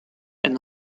and